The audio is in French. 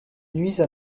nuisent